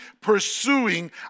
pursuing